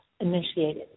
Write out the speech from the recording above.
initiated